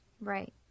Right